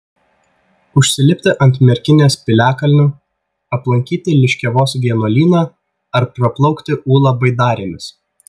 užsilipti ant merkinės piliakalnio aplankyti liškiavos vienuolyną ar praplaukti ūlą baidarėmis